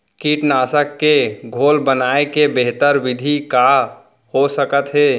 कीटनाशक के घोल बनाए के बेहतर विधि का हो सकत हे?